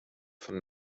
von